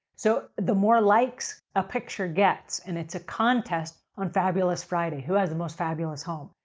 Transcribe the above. so, the more likes a picture gets, and it's a contest on fabulous friday, who has the most fabulous home?